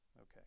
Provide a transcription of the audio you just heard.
Okay